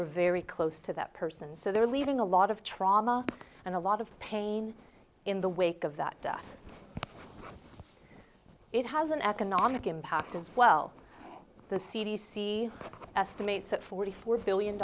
are very close to that person so they're leaving a lot of trauma and a lot of pain in the wake of that death and it has an economic impact as well the c d c estimates that forty four billion